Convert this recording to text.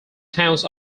towns